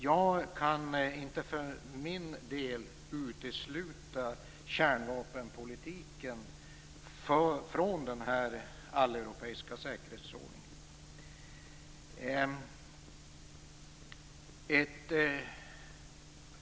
Jag kan inte för min del utesluta kärnvapenpolitiken från den alleuropeiska säkerhetsordningen.